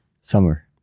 Summer